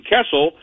Kessel